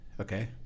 Okay